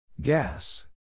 Gas